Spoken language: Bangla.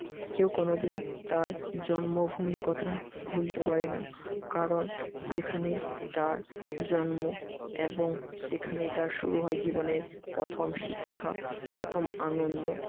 কেউ কোনো দিন তার জন্মভূমির কথা ভুলতে পারে না কারণ সেখানেই তার জন্ম এবং সেখানেই তার শুরু হয় জীবনের প্রথম শিক্ষা প্রথম আনন্দ